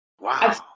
Wow